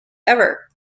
ever